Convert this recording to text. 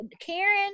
Karen